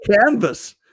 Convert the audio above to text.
Canvas